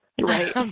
right